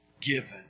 given